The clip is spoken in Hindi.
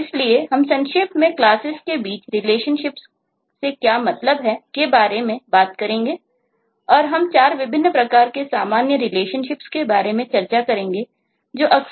इसलिए हम संक्षेप में क्लासेस